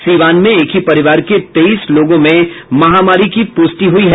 सीवान में एक ही परिवार के तेईस लोगों में महामारी की प्रष्टि हुई है